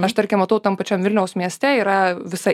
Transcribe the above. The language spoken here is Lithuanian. aš tarkim matau tam pačiam vilniaus mieste yra visa